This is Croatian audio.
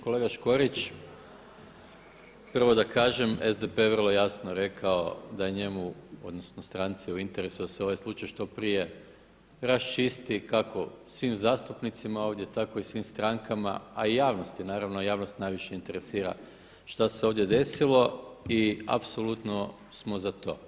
Kolega Škorić, prvo da kažem SDP je vrlo jasno rekao da je njemu odnosno stranci u interesu da se ovaj slučaj raščisti kako svim zastupnicima ovdje tako i svim strankama, a i javnosti naravno, a javnost najviše interesira šta se ovdje desilo i apsolutno smo za to.